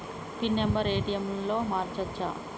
Pin number ATM లో మార్చచ్చా?